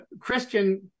christian